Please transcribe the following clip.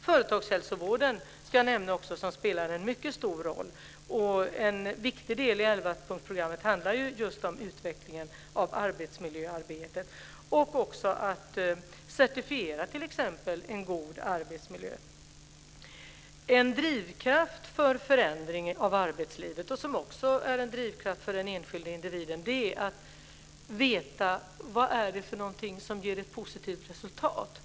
Jag ska också nämna företagshälsovården, som spelar en mycket stor roll. En viktig del i elvapunktsprogrammet handlar just om utvecklingen av arbetsmiljöarbetet och också om att certifiera t.ex. en god arbetsmiljö. En drivkraft för att det ska bli en förändring av arbetslivet är att man vet vad det är för någonting som ger ett positivt resultat - det är också en drivkraft för den enskilde individen.